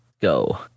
go